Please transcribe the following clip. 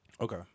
Okay